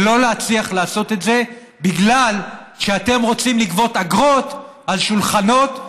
ולא מצליחים לעשות את זה בגלל שאתם רוצים לגבות אגרות על שולחנות,